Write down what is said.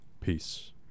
Peace